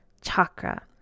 chakra